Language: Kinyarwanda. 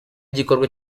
igikorwa